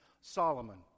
Solomon